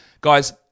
guys